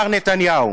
מר נתניהו.